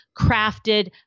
crafted